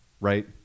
right